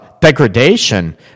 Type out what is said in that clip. degradation